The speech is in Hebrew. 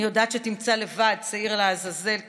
אני יודעת שתמצא לבד שעיר לעזאזל תורן,